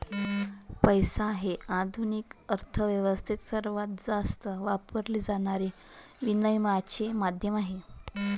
पैसा हे आधुनिक अर्थ व्यवस्थेत सर्वात जास्त वापरले जाणारे विनिमयाचे माध्यम आहे